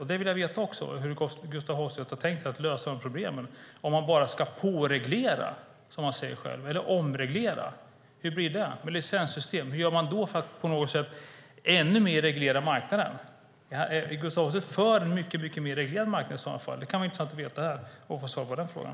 Jag vill veta hur Gustaf Hoffstedt tänkt sig att lösa de problemen om man bara ska påreglera, som han säger, eller omreglera. Hur blir det med licenssystemen? Hur gör man för att ännu mer reglera marknaden? Är Gustaf Hoffstedt i så fall för en mycket mer reglerad marknad? Det kan vara intressant att få svar på den frågan.